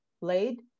laid